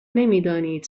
نمیدانید